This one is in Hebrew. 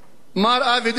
מר אבי דיכטר,